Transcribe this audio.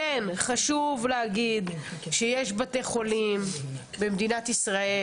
כן חשוב להגיד שיש בתי חולים במדינת ישראל